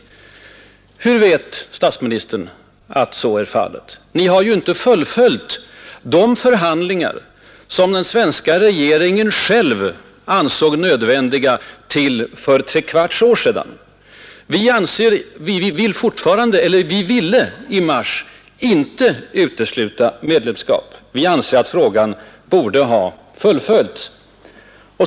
Hur vet statsministern att så är fallet? Regeringen har ju inte fullföljt de förhandlingar som den själv fram till för tre kvarts år sedan ansåg nödvändiga. Mitt parti ville i mars inte utesluta medlemskap, och vi anser fortfarande att frågan borde ha fullföljts.